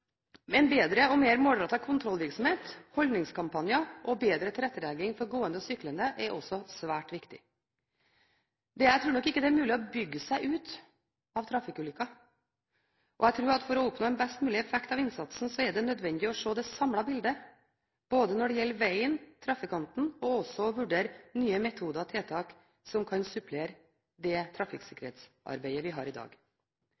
En bedre og mer målrettet kontrollvirksomhet, holdningskampanjer og bedre tilrettelegging for gående og syklende er også svært viktig. Jeg tror nok ikke det er mulig å bygge seg ut av trafikkulykker, og jeg tror at for å oppnå en best mulig effekt av innsatsen er det nødvendig å se det samlede bildet når det gjelder vegen og trafikanten, og å vurdere nye metoder og tiltak som kan supplere det trafikksikkerhetsarbeidet vi har i dag.